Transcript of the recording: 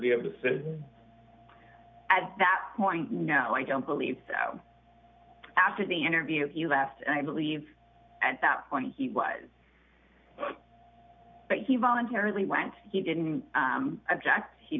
be able to sit at that point no i don't believe so after the interview he left and i believe at that point he was but he voluntarily went he didn't object he